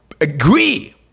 agree